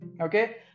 okay